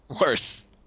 Worse